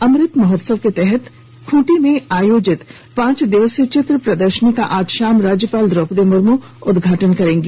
अमृत महोत्सव के तहत खूंटी में आयोजित पांच दिवसीय चित्र प्रदर्शनी का आज शाम राज्यपाल द्रौपदी मुर्मू उद्घाटन करेंगी